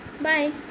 Bye